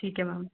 ਠੀਕ ਹੈ ਮੈਮ